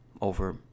Over